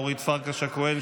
אורית פרקש הכהן,